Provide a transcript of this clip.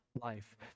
life